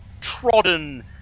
trodden